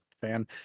fan